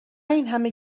اینهمه